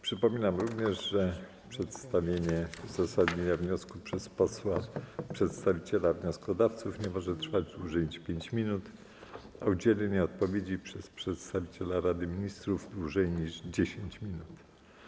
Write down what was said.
Przypominam również, że przedstawienie uzasadnienia wniosku przez posła przedstawiciela wnioskodawców nie może trwać dłużej niż 5 minut, a udzielenie odpowiedzi przez przedstawiciela Rady Ministrów - dłużej niż 10 minut.